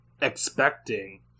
expecting